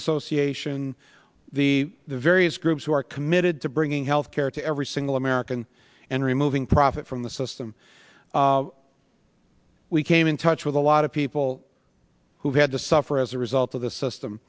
association the various groups who are committed to bringing health care to every single american and removing profit from the system we came in touch with a lot of people who had to suffer as a result of the system